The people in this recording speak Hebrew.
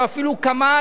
או אפילו כמה,